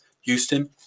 Houston